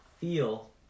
feel